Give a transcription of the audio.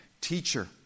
Teacher